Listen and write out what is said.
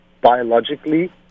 biologically